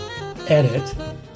edit